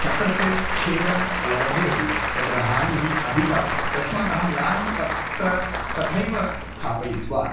चक्रस्य छेदं वर्धयति तत्र हानिः अधिका भवति तस्मात् अहं यानं तत्र तथैव स्थापयित्वा